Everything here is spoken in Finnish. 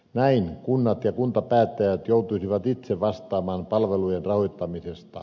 näin kunnat ja kuntapäättäjät joutuisivat itse vastaamaan palvelujen rahoittamisesta